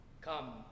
Come